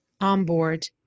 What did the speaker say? onboard